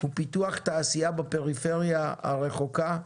ופיתוח תעשייה בפריפריה הרחוקה,